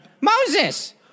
Moses